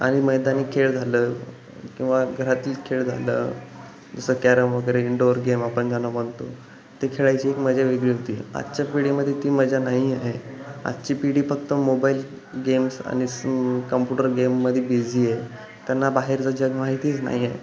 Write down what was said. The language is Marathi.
आणि मैदानी खेळ झालं किंवा घरातील खेळ झालं जसं कॅरम वगैरे इनडोअर गेम आपण ज्यांना म्हणतो ते खेळायची एक मजा वेगळी होती आजच्या पिढीमध्ये ती मजा नाही आहे आजची पिढी फक्त मोबाईल गेम्स आणि कम्पुटर गेममध्ये बिझी आहे त्यांना बाहेरचं जग माहितीच नाही आहे